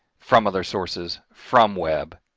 from other sources, from web,